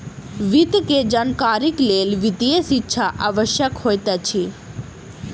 वित्त के जानकारीक लेल वित्तीय शिक्षा आवश्यक होइत अछि